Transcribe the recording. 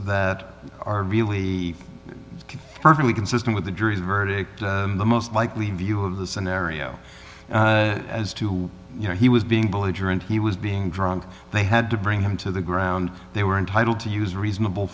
that are really perfectly consistent with the jury's verdict the most likely view of the scenario as to why you know he was being belligerent he was being drunk they had to bring him to the ground they were entitled to use reasonable